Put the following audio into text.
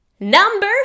Number